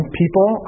people